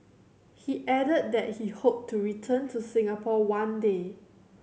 he added that he hoped to return to Singapore one day